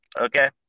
Okay